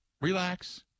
Relax